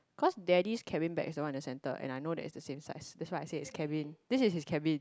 cause daddy's cabin bag is the one in the center and I know that it's the same size that's why I say it's cabin this is his cabin